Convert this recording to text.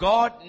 God